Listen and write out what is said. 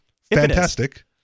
fantastic